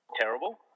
terrible